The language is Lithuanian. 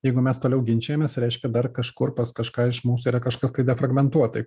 jeigu mes toliau ginčijamės reiškia dar kažkur pas kažką iš mūsų yra kažkas tai defragmentuotai